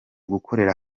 gukorera